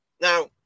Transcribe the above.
Now